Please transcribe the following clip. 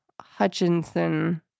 Hutchinson